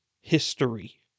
history